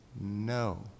No